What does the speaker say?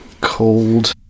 cold